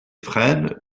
frênes